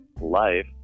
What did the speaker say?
life